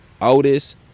Otis